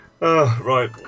right